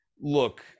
Look